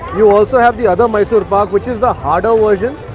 you also have the other mysore pak which is the harder version.